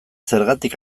zergatik